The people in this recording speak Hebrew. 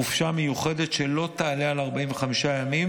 חופשה מיוחדת שלא תעלה על 45 ימים,